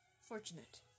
fortunate